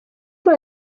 for